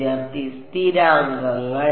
വിദ്യാർത്ഥി സ്ഥിരാങ്കങ്ങൾ